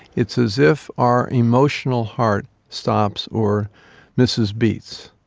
it's as if our emotional heart stops or misses beats.